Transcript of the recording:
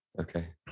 Okay